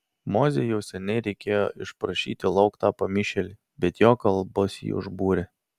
mozei jau seniai reikėjo išprašyti lauk tą pamišėlį bet jo kalbos jį užbūrė